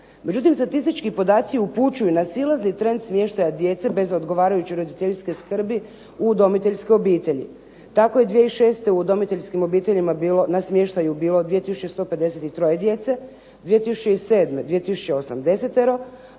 Međutim, statistički podaci upućuju na silazni trend smještaja djece bez odgovarajuće roditeljske skrbi u udomiteljske obitelji. Tako je 2006. u udomiteljskim obiteljima na smještaju bilo 2 tisuće 153 djece, 2007. 2 tisuće